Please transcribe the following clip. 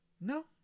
No